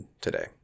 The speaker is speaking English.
today